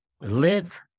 Live